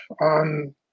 on